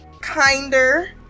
kinder